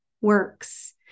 works